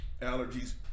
Allergies